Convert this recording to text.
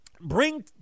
bring